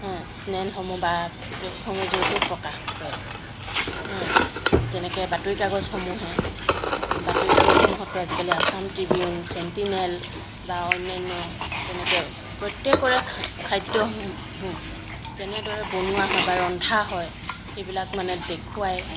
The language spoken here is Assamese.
চেনেলসমূহ বা প্লেটফৰ্মৰ জৰিয়তেও প্ৰকাশ কৰে যেনেকৈ বাতৰিকাগজসমূহে বাতৰিকাগজসমূহততো আজিকালি আছাম ট্ৰিবিউন চেণ্টিনেল বা অন্যান্য তেনেকৈ প্ৰত্যেকৰে খাদ্যসমূহ কেনেদৰে বনোৱা হয় বা ৰন্ধা হয় সেইবিলাক মানে দেখুৱায়